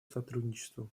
сотрудничеству